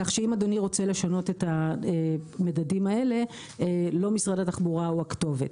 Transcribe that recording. כך שאם אדוני רוצה לשנות את המדדים האלה לא משרד התחבורה הוא הכתובת.